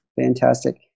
Fantastic